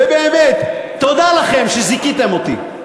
ובאמת, תודה לכם, שזיכיתם אותי.